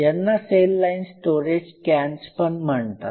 यांना cell line storage cans पण म्हणतात